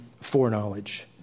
foreknowledge